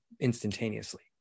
instantaneously